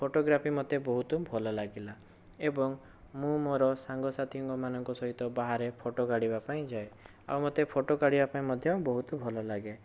photography ମୋତେ ବହୁତ ଭଲ ଲାଗିଲା ଏବଂ ମୁଁ ମୋର ସାଙ୍ଗସାଥିଙ୍କ ମାନଙ୍କ ସହିତ ବାହାରେ ଫୋଟୋ କାଢ଼ିବା ପାଇଁ ଯାଏ ଆଉ ମୋତେ ଫୋଟୋ କାଢ଼ିବା ପାଇଁ ମଧ୍ୟ ବହୁତ ଭଲ ଲାଗେ